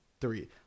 three